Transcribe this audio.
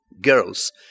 girls